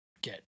get